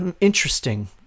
interesting